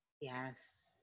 Yes